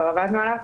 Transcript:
כבר עבדנו עליו,